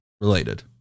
related